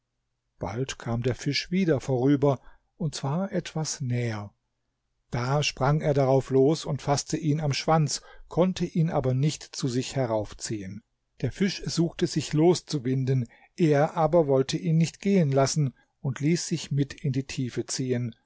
bald kam der fisch wieder vorüber und zwar etwas näher da sprang er darauf los und faßte ihn am schwanz konnte ihn aber nicht zu sich heraufziehen der fisch suchte sich loszuwinden er aber wollte ihn nicht gehen lassen und ließ sich mit in die tiefe ziehen